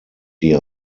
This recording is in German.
die